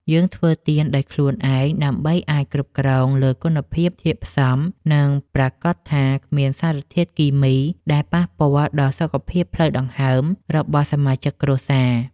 យើងធ្វើទៀនដោយខ្លួនឯងដើម្បីអាចគ្រប់គ្រងលើគុណភាពធាតុផ្សំ និងប្រាកដថាគ្មានសារធាតុគីមីដែលប៉ះពាល់ដល់សុខភាពផ្លូវដង្ហើមរបស់សមាជិកគ្រួសារ។